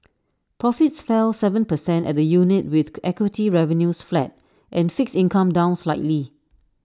profits fell Seven percent at the unit with equity revenues flat and fixed income down slightly